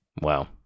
wow